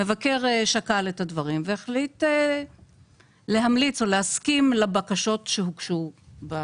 המבקר שקל את הדברים והחליט להמליץ או להסכים לבקשות שהוגשו.